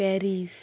Paris